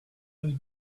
has